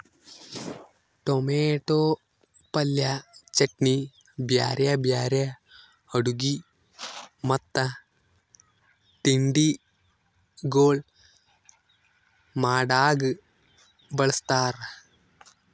tomato ಪಲ್ಯ, ಚಟ್ನಿ, ಬ್ಯಾರೆ ಬ್ಯಾರೆ ಅಡುಗಿ ಮತ್ತ ತಿಂಡಿಗೊಳ್ ಮಾಡಾಗ್ ಬಳ್ಸತಾರ್